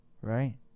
Right